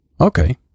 Okay